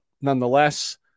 nonetheless